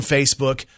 Facebook